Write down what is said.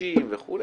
חדשים וכו',